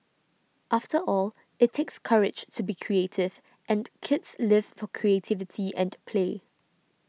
after all it takes courage to be creative and kids live for creativity and play